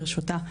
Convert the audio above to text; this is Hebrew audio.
ברשותה,